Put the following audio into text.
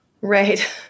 right